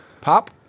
Pop